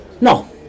No